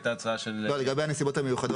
לגבי הנסיבות המיוחדות.